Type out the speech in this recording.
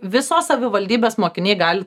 visos savivaldybės mokiniai gali